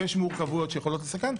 ויש מורכבויות שיכולות לסכן,